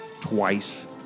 twice